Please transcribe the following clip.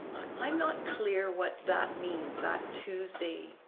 i'm not clear what that means that tuesday